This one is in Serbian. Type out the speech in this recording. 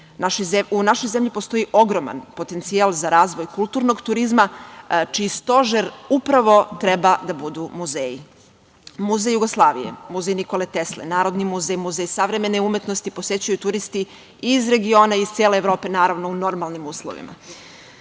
U našoj zemlji postoji ogroman potencijal za razvoj kulturnog turizma čiji stožer, upravo, treba da budu muzeji. Muzej Jugoslavije, Muzej Nikole Tesle, Narodni muzej, Muzej savremene umetnosti, posećuju turisti iz regiona i iz cele Evrope, naravno u normalnim uslovima.